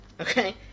okay